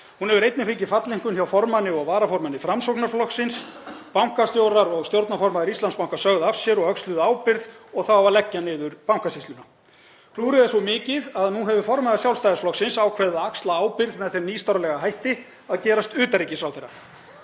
Hún hefur einnig fengið falleinkunn hjá formanni og varaformanni Framsóknarflokksins, bankastjórar og stjórnarformaður Íslandsbanka sögðu af sér og öxluðu ábyrgð og það á að leggja niður Bankasýsluna. Klúðrið er svo mikið að nú hefur formaður Sjálfstæðisflokksins ákveðið að axla ábyrgð með þeim nýstárlega hætti að gerast utanríkisráðherra.